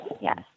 yes